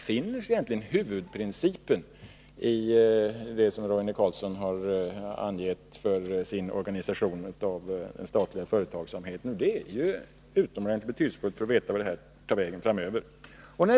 Vilken är egentligen huvudprincipen, Roine Carlsson, när det gäller organisationen av den statliga företagsamheten? Det vore utomordenligt betydelsefullt att få veta varthän det bär framöver.